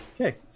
Okay